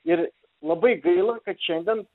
ir labai gaila kad šiandien